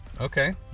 okay